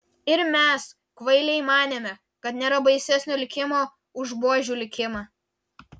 ir mes kvailiai manėme kad nėra baisesnio likimo už buožių likimą